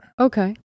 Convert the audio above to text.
Okay